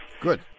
Good